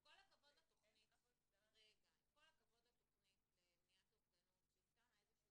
עם כל הכבוד לתוכנית למניעת אובדנות שהיא שמה איזשהו